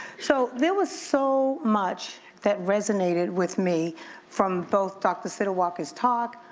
so there was so much that resonated with me from both dr. siddle walker's talk,